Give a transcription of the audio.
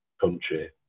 country